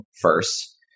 first